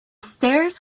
stairs